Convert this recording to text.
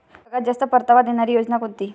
सगळ्यात जास्त परतावा देणारी योजना कोणती?